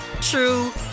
true